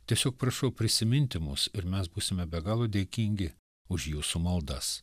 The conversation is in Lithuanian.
tiesiog prašau prisiminti mus ir mes būsime be galo dėkingi už jūsų maldas